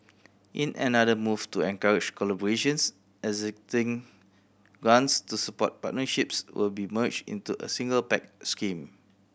in another move to encourage collaborations existing grants to support partnerships will be merged into a single Pact scheme